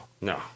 No